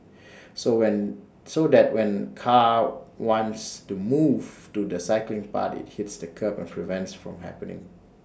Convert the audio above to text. so when so that when car wants to move to the cycling path IT hits the kerb and prevents from happening